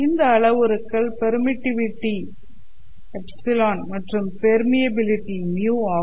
இந்த அளவுருக்கள் பெர்மிட்டிவிட்டி ε மற்றும் பெர்மியபிலிட்டி μ ஆகும்